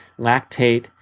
lactate